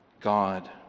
God